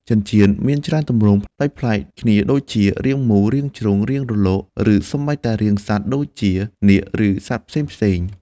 ចិញ្ចៀនមាន ច្រើនទម្រង់ ប្លែកៗគ្នាដូចជា រាងមូល រាងជ្រុង រាងរលក ឬសូម្បីតែរាងសត្វ (ដូចជានាគ ឬសត្វផ្សេងៗ)។